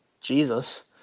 Jesus